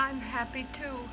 i'm happy to